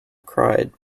cried